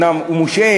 אומנם הוא מושעה,